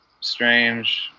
strange